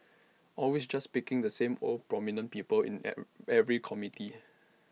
always just picking the same old prominent people in every committee